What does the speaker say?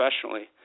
professionally